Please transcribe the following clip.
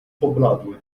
pobladły